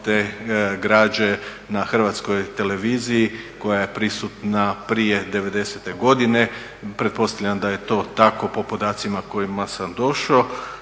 te građe na Hrvatskoj televiziji koja je prisutna prije '90. godine. Pretpostavljam da je to tako po podacima kojima sam došao.